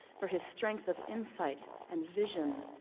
for his strength of insight and vision,